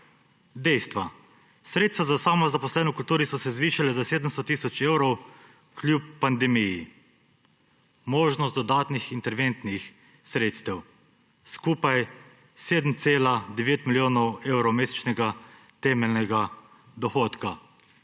Dejstva. Sredstva za samozaposlene v kulturi so se zvišala za 700 tisoč evrov kljub pandemiji. Možnost dodatnih interventnih sredstev, skupaj 7,9 milijona evrov mesečnega temeljnega dohodka,